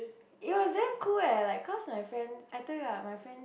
it was damn cool eh like cause my friend I told you what my friend